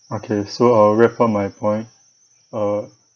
okay so I'll wrap up my point uh